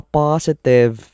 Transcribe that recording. positive